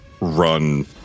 run